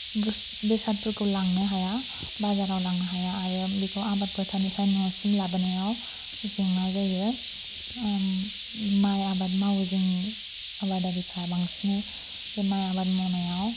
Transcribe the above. बे बेसादफोरखौ लांनो हाया बाजाराव लांनो हाया आरो बेखौ आबाद फोथारनिफ्राय नसिम लाबोनायाव जेंना जायो माइ आबाद मावो जोंनि आबादारिफोरा बांसिनै बे माइ आबाद मावनायाव